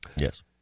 Yes